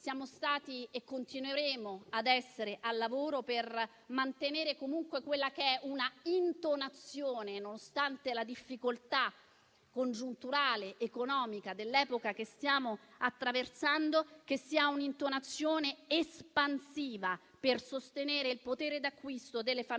siamo stati e continueremo ad essere al lavoro per mantenere comunque, nonostante la difficoltà congiunturale economica dell'epoca che stiamo attraversando, un'intonazione espansiva, per sostenere il potere d'acquisto delle famiglie,